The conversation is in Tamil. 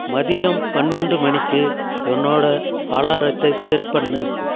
மதியம் பன்னெண்டு மணிக்கு என்னோட அலாரத்தை செட் பண்ணு